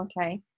Okay